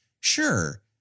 Sure